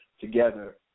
together